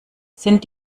sind